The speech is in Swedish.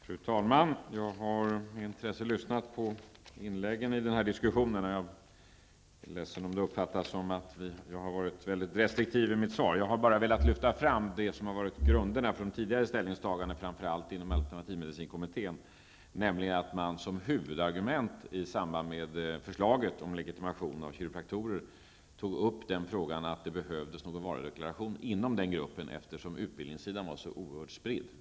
Fru talman! Jag har med intresse lyssnat på inläggen i denna diskussion, och jag är ledsen om det uppfattas som att jag har varit mycket restriktiv i mitt svar. Jag har bara velat lyfta fram det som varit grunderna för de tidigare ställningstagandena, framför allt inom alternativmedicinkommittén, nämligen att man som huvudargument i samband med förslaget om legitimation av kiropraktorer tog upp frågan att det behövdes någon varudeklaration inom den gruppen, eftersom utbildningen var så spridd.